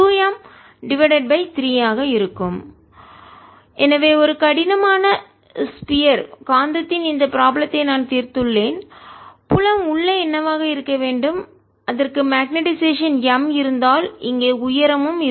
MH M3B0M M32M30 Bapplied2M300 ⇒ M 32 Bapplied0 எனவே ஒரு கடினமான ஸ்பியர் கோள காந்தத்தின் இந்த ப்ராப்ளத்தை நான் தீர்த்துள்ளேன் புலம் உள்ளே என்னவாக இருக்க வேண்டும் அதற்கு மக்னெட்டைசேஷன் காந்த மயமாக்கல் M இருந்தால் இங்கே உயரமும் இருக்கும்